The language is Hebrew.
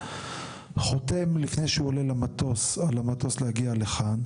חותם לפני שהוא עולה על המטוס להגיע לכאן,